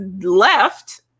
left